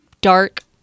dark